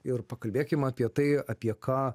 ir pakalbėkim apie tai apie ką